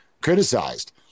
criticized